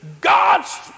God's